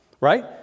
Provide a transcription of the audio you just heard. right